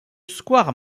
square